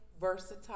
versatile